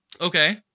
Okay